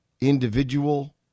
individual